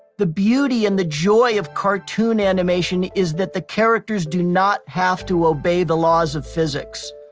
the beauty and the joy of cartoon animation is that the characters do not have to obey the laws of physics.